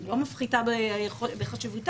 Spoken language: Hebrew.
אני לא מפחיתה בחשיבותם,